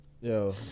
yo